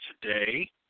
today